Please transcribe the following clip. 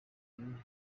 ibiri